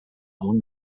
along